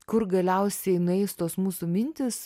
kur galiausiai nueis tos mūsų mintys